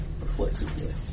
Reflexively